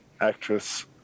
Actress